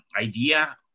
idea